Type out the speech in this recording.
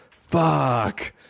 fuck